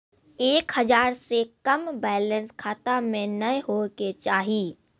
एक हजार से कम बैलेंस खाता मे नैय होय के चाही